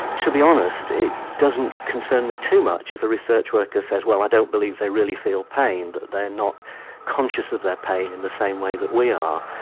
to be honest it doesn't concern me too much if a research worker says well i don't believe they really feel pain. they are not conscious of their pain in the same way that we are.